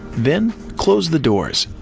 then close the doors.